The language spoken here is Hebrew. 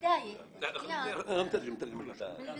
בגלל זה אני לא מדברת עברית.